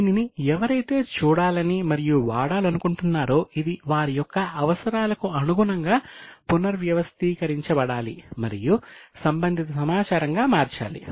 దీనిని ఎవరైతే చూడాలని మరియు వాడాలనుకుంటున్నారో ఇది వారి యొక్క అవసరాలకు అనుగుణంగా పునర్వ్యవస్థీకరించబడాలి మరియు సంబంధిత సమాచారంగా మార్చాలి